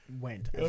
went